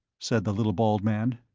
said the little bald man.